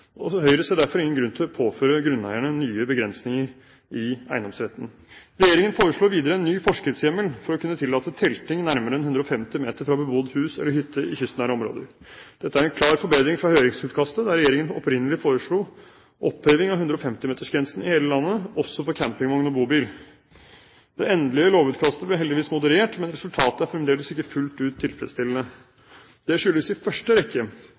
Høyre ser derfor ingen grunn til å påføre grunneierne nye begrensninger i eiendomsretten. Regjeringen foreslår videre en ny forskriftshjemmel for å kunne tillate telting nærmere enn 150 meter fra bebodd hus eller hytte i kystnære områder. Dette er en klar forbedring fra høringsutkastet, der regjeringen opprinnelig foreslo oppheving av 150-metersgrensen i hele landet – også for campingvogn og bobil. Det endelige lovutkastet ble heldigvis moderert, men resultatet er fremdeles ikke fullt ut tilfredsstillende. Det skyldes i første rekke